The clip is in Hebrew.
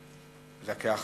8,